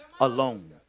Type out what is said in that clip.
alone